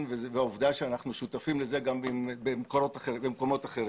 ועובדה שאנחנו שותפים לזה גם במקומות אחרים.